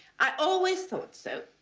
i always thought so.